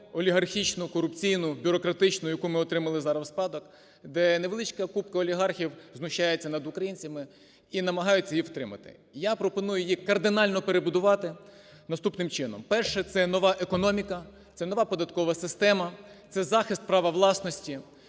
олігархічну, корупційну, бюрократичну, яку ми отримали зараз в спадок, де невеличка купка олігархів знущається над українцями і намагаються її втримати. Я пропоную її кардинально перебудувати наступним чином. Перше – це нова економіка, це нова податкова система, це захист права власності,